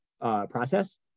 process